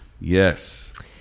Yes